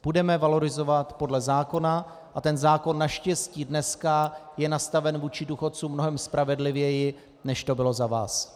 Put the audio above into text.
Budeme valorizovat podle zákona a ten zákon naštěstí dneska je nastaven vůči důchodcům mnohem spravedlivěji, než to bylo za vás.